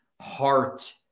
heart